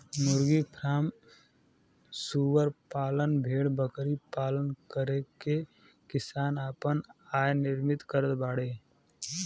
मुर्गी फ्राम सूअर पालन भेड़बकरी पालन करके किसान आपन आय निर्मित करत बाडे